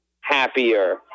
happier